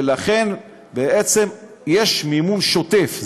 ולכן בעצם יש מימון שוטף,